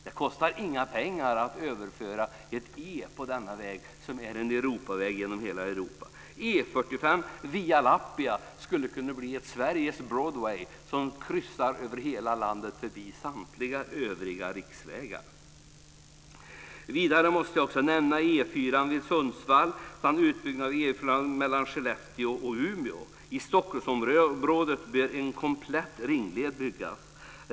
Det kostar inga pengar att överföra ett E på denna väg som är en Europaväg genom hela Europa. E 45 Via Lappia skulle kunna bli ett Sveriges Broadway som kryssar genom hela landet förbi samtliga övriga riksvägar. Jag måste också nämna E 4 vid Sundsvall samt utbyggnad av E 4 mellan Skellefteå och Umeå. I Stockholmsområdet bör en komplett ringled byggas.